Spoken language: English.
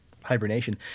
hibernation